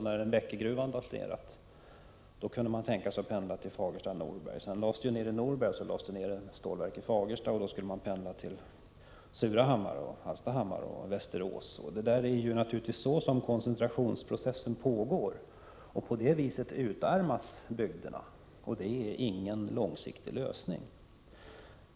När Bäckegruvan lades ned kunde man tänka sig att pendla då det gällde Fagersta och Norberg. Sedan lades driften ned i Norberg och ett stålverk lades ned i Fagersta. Då skulle man pendla till Surahammar, Hallstahammar och Västerås. Det är naturligtvis så koncentrationsprocessen pågår. På det viset utarmas bygderna, och det är ingen långsiktig lösning.